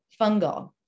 fungal